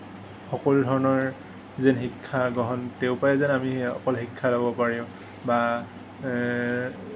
সকলো ধৰণৰ যেন শিক্ষা গ্ৰহণ তেওঁৰ পৰাই যেন আমি সকলো শিক্ষা আমি ল'ব পাৰিম বা